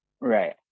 Right